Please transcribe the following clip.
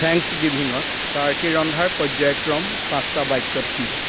thanks গিভিঙত turkey ৰন্ধাৰ পৰ্য্যায়ক্ৰম পাঁচটা বাক্যত কি